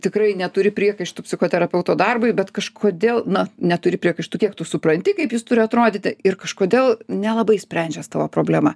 tikrai neturi priekaištų psichoterapeuto darbui bet kažkodėl na neturi priekaištų kiek tu supranti kaip jis turi atrodyti ir kažkodėl nelabai sprendžias tavo problema